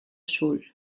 sul